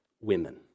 women